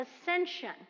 ascension